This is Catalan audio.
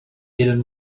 eren